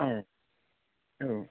औ औ